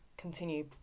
continue